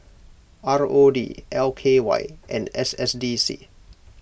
R O D L K Y and S S D C